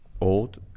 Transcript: old